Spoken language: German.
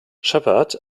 shepherd